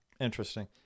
Interesting